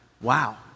wow